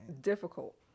difficult